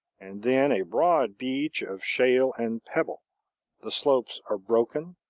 and then a broad beach of shale and pebble the slopes are broken,